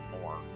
more